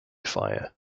fire